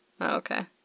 okay